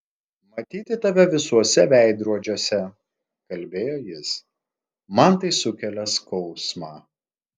matyti tave visuose veidrodžiuose kalbėjo jis man tai sukelia skausmą